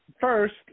First